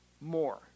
More